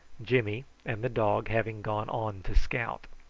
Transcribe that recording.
jimmy and the dog having gone on to scout.